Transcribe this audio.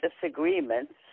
disagreements